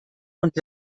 und